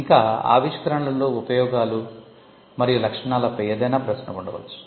ఇంకా ఆవిష్కరణ ఉపయోగాలు మరియు లక్షణాలపై ఏదైనా ప్రశ్న ఉండవచ్చు